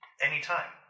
anytime